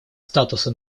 статуса